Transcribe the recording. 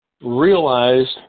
realized